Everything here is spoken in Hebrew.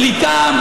בלי טעם,